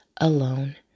alone